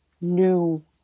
new